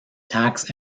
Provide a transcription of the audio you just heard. tax